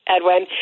Edwin